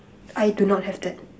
I do not have that